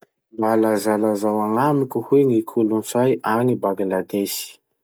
Mba lazalazao agnamiko hoe ny kolotsay agny Bangladesy?